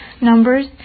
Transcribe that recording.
numbers